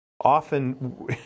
often